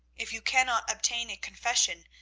if you cannot obtain a confession,